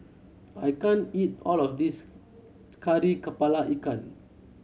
I can't eat all of this Kari Kepala Ikan